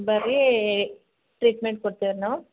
ಬರ್ರೀ ಟ್ರೀಟ್ಮೆಂಟ್ ಕೊಡ್ತೇವೆ ನಾವು